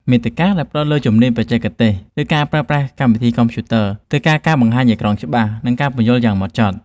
មាតិកាដែលផ្ដោតលើជំនាញបច្ចេកទេស ឬការប្រើប្រាស់កម្មវិធីកុំព្យូទ័រ ត្រូវការការបង្ហាញអេក្រង់ដែលច្បាស់ និងការពន្យល់យ៉ាងម៉ត់ចត់។